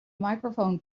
microphone